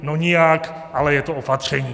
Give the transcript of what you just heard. No nijak, ale je to opatření.